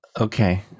Okay